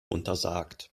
untersagt